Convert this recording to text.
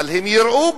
אבל הם יראו בסוף,